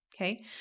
Okay